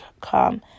Come